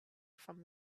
from